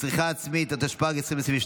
לצריכה עצמית, התשפ"ג 2022,